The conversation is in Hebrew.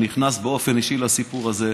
שנכנס באופן אישי לסיפור הזה,